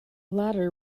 latter